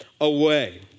away